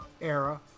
era